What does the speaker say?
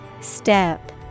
Step